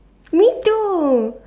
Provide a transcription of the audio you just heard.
me too